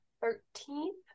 thirteenth